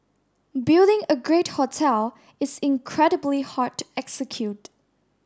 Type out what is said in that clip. building a great hotel is incredibly hard to execute